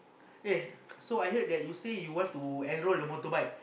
eh so I heard that you say you want to enrol a motorbike